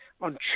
on